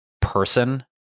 person